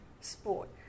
sport